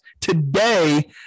today